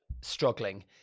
struggling